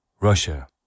Russia